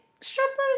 strippers